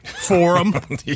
Forum